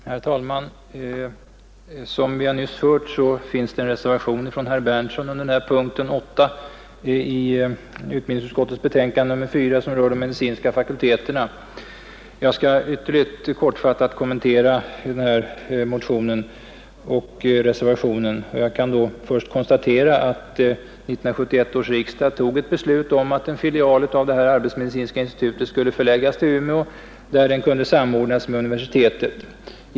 Herr talman! Som vi nyss hört finns det vid punkten 8 i utbildningsutskottets betänkande nr 4 rörande de medicinska fakulteterna m.m. en reservation av herr Berndtson i Linköping. Jag skall ytterligt kortfattat kommentera den reservationen och den motion som ligger till grund för densamma. Först konstaterar jag då att 1971 års riksdag fattade beslut om att en filial till det arbetsmedicinska institutet skulle förläggas till Umeå, där den skulle samordnas med universitetet.